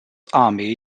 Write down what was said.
army